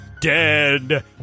Dead